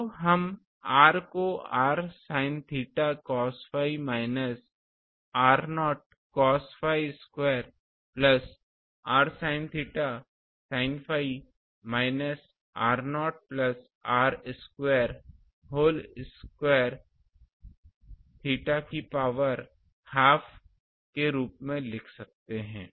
तो हम r को r sin theta cos phi minus r0 cos phi square plus r sin theta sin phi minus r0 plus r square whole square theta की power half के रूप में लिख सकते हैं